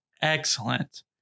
excellent